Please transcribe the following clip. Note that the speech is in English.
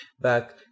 back